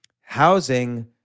housing